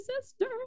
sister